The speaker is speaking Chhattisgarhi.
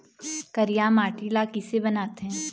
करिया माटी ला किसे बनाथे?